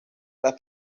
las